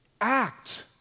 act